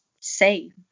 say